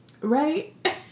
Right